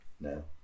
No